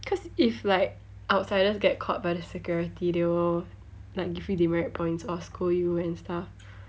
cause if like outsiders get caught by the security they will like give you demerit points or scold you and stuff